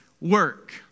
work